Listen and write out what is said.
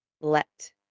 let